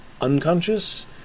unconscious